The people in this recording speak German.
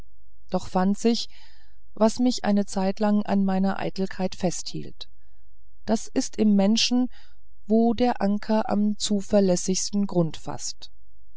doch fand sich was mich eine zeitlang an meiner eitelkeit festhielt das ist im menschen wo der anker am zuverlässigsten grund faßt